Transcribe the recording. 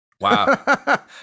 wow